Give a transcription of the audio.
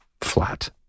flat